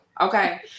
Okay